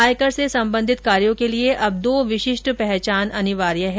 आयकर से संबंधित कार्यों के लिए अब दो विशिष्ट पहचान अनिवार्य हैं